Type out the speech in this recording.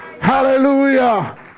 Hallelujah